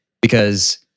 because-